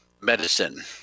medicine